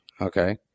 Okay